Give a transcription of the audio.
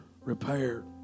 repaired